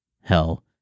hell